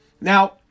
Now